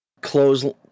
close